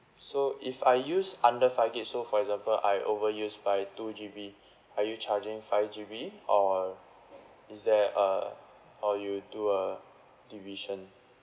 so if I use under five gig so for example I overuse by two G_B are you charging five G_B or is there uh or you do a division